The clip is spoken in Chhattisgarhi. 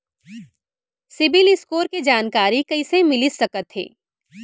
सिबील स्कोर के जानकारी कइसे मिलिस सकथे?